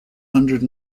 hundred